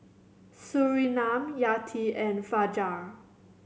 Surinam Yati and Fajar